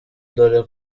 dore